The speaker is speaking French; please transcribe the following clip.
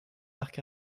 arcs